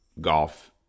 golf